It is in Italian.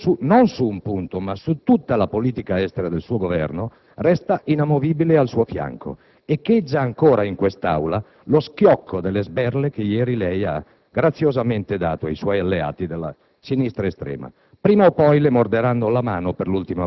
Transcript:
principale della caduta del suo Governo, sfiduciato non su un punto ma su tutta la politica estera del suo Governo, resta inamovibile al suo fianco. Echeggia ancora in quest'Aula lo schiocco delle sberle che ieri lei ha graziosamente dato ai suoi alleati della